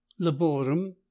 laborum